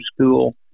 school